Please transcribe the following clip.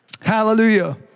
Hallelujah